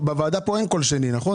פה אין קול שני, נכון?